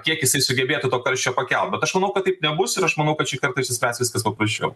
kiek jisai sugebėtų to karščio pakelt bet aš manau kad taip nebus ir aš manau kad šį kartą išsispręs viskas paprasčiau